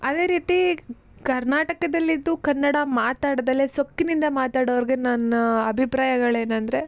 ಅದೇ ರೀತಿ ಕರ್ನಾಟಕದಲ್ಲಿದ್ದು ಕನ್ನಡ ಮಾತಾಡದಲೇ ಸೊಕ್ಕಿನಿಂದ ಮಾತಾಡೋರಿಗೆ ನನ್ನ ಅಭಿಪ್ರಾಯಗಳೇನಂದರೆ